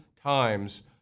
times